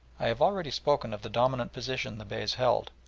i have already spoken of the dominant position the beys held,